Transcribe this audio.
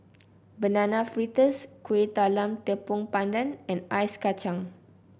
Banana Fritters Kueh Talam Tepong Pandan and Ice Kacang